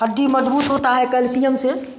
हड्डी मजबूत होता है कैल्सियम से